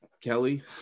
Kelly